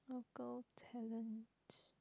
local talent